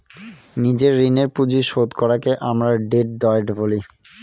নিজের ঋণের পুঁজি শোধ করাকে আমরা ডেট ডায়েট বলি